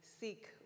seek